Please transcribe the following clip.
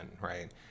right